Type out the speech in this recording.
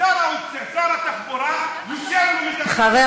ושר התחבורה יושב ומדבר בטלפון עם איזה עסקן בחוץ.